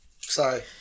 Sorry